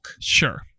Sure